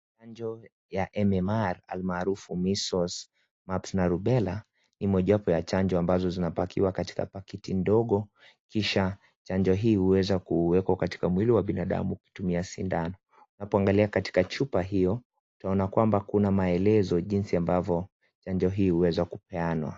Chanjo ya mmr almaarufu measles, mumps na rubella ni mojawapo ya chanjo ambazo zina pakiwa katika pakiti ndogo kisha chanjo hii huweza kuweka katika mwili wa binadamu kutumia sindano tunapoangalia katika chupa hiyo tunaona kwamba kuna maelezo jinsi ambavyo chanjo hii huwezwa kupeanwa.